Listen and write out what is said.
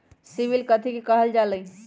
CIBIL कथि के काहल जा लई?